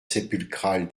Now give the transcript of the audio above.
sépulcrale